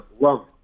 Love